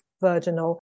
virginal